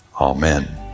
Amen